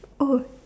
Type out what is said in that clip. oh